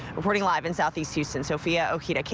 reporting live in southeast houston, sofia ojeda,